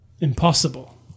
Impossible